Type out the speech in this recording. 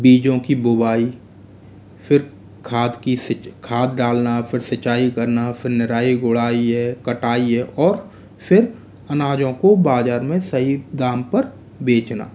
बीजों की बुवाई फिर खाद की खाद डालना फिर सिंचाई करना फिर निराई गुड़ाई है कटाई है और फिर अनाजों को बाजार में सही दाम पर बेचना